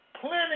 plenty